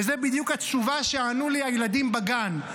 וזאת בדיוק התשובה שענו לי הילדים בגן,